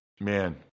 man